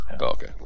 Okay